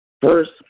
first